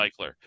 recycler